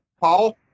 Paul